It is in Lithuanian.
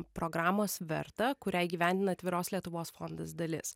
programos verta kurią įgyvendina atviros lietuvos fondas dalis